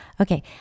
Okay